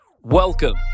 Welcome